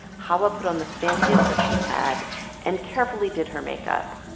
xawa put on the fanciest dress she had and carefully did her makeup.